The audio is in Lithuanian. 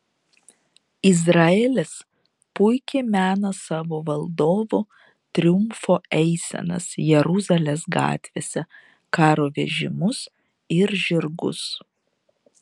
izraelis puikiai mena savo valdovų triumfo eisenas jeruzalės gatvėse karo vežimus ir žirgus